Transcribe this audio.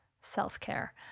self-care